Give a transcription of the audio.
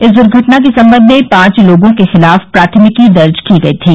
इस दुर्घटना के संबंध में पांच लोगों के खिलाफ प्राथमिकी दर्ज की गई थी